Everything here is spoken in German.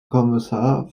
kommissar